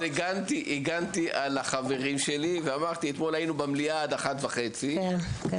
אז הגנתי על החברים שלי ואמרתי שאתמול היינו במליאה עד 01:30. כן.